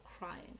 crying